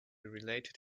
related